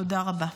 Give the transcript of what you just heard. תודה רבה.